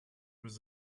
was